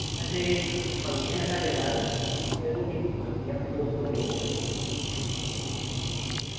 असें इक फंक्शन ऐ साढ़े घर ते रोटी बनानी ऐ दो सौ लोगों की